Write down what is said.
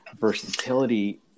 versatility